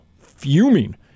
fuming